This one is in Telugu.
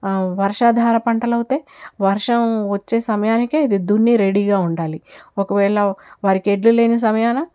వర్షాధార పంటలు అయితే వర్షం వచ్చే సమయానికే ఇది దున్ని రెడీగా ఉండాలి ఒకవేళ వారికి ఎడ్లు లేని సమయాన